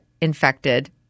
infected